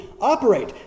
operate